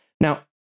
Now